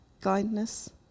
kindness